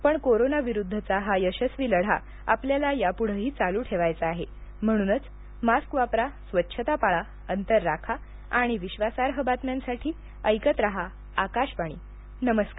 पण कोरोनाविरुद्धचा हा यशस्वी लढा आपल्याला यापूढेही चालू ठेवायचा आहे म्हणूनच मास्क वापरा स्वच्छता पाळा अंतर राखा आणि विश्वासार्ह बातम्यांसाठी ऐकत रहा आकाशवाणी नमस्कार